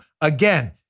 Again